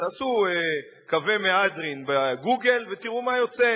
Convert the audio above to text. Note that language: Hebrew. תעשו "קווי מהדרין" ב"גוגל" ותראו מה יוצא,